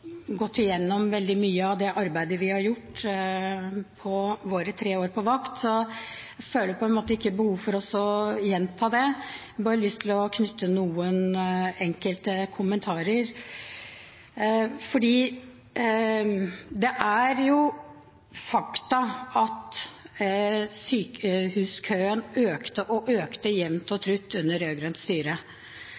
gått igjennom veldig mye av det arbeidet vi har gjort på våre tre år på vakt, så jeg føler ikke behov for å gjenta det. Jeg har bare lyst til å knytte noen kommentarer til det. Det er et faktum at sykehuskøene økte og økte jevnt og